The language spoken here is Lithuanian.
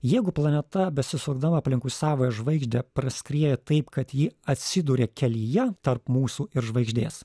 jeigu planeta besisukdama aplinkui savąją žvaigždę praskrieja taip kad ji atsiduria kelyje tarp mūsų ir žvaigždės